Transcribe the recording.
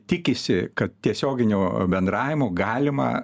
tikisi kad tiesioginiu bendravimu galima